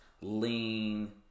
lean